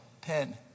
pen